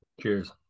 cheers